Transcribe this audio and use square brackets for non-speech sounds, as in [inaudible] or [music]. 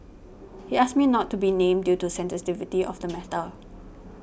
he asked me not to be named due to sensitivity of the [noise] matter